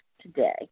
today